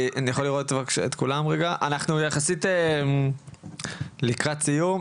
אנחנו יחסית לקראת סיום,